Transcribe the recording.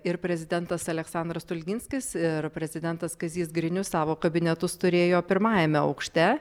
ir prezidentas aleksandras stulginskis ir prezidentas kazys grinius savo kabinetus turėjo pirmajame aukšte